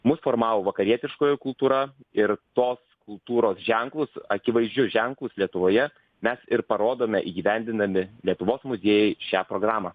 mus formavo vakarietiškoji kultūra ir tos kultūros ženklus akivaizdžius ženklus lietuvoje mes ir parodome įgyvendindami lietuvos muziejai šią programą